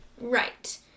Right